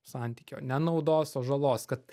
santykio ne naudos o žalos kad